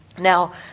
Now